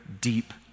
deep